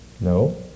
No